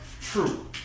true